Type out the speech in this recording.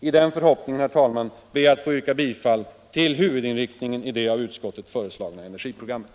I den förhoppningen, herr talman, ber jag att få yrka bifall till huvudinriktningen i det av utskottet föreslagna energiprogrammet.